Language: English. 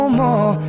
more